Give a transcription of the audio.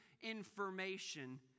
information